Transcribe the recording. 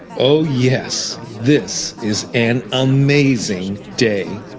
oh, yes, this is an amazing day.